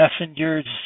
messengers